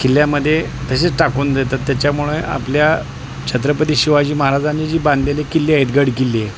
किल्ल्यामध्ये तसेच टाकून देतात त्याच्यामुळे आपल्या छत्रपती शिवाजी महाराजांनी जी बांधलेली किल्ले आहेत गडकिल्ले